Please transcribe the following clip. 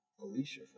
Alicia